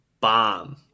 bomb